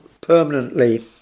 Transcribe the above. permanently